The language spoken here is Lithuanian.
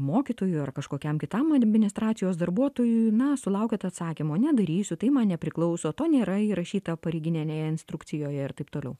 mokytojui ar kažkokiam kitam administracijos darbuotojui na sulaukiat atsakymo nedarysiu tai man nepriklauso to nėra įrašyta pareiginėnėje instrukcijoje ir taip toliau